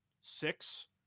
six